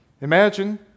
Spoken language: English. Imagine